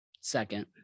Second